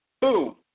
boom